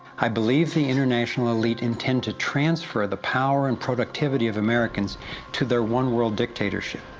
i believe the international elite intend to transfer the power and productivity of americans to their one world dictatorship,